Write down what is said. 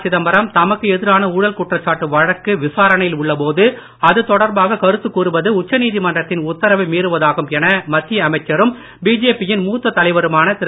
சிதம்பரம் தமக்கு எதிரான ஊழல் குற்றச்சாட்டு வழக்கு விசாரணையில் உள்ளபோது அது தொடர்பாக கருத்து கூறுவது உச்ச நீதிமன்றத்தின் உத்தரவை மீறுவதாகும் என மத்திய அமைச்சரும் பிஜேபி யின் மூத்த தலைவருமான திரு